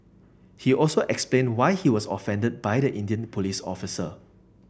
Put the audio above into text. he also explained why he was offended by the Indian police officer